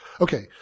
Okay